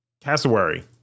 Cassowary